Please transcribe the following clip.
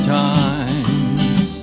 times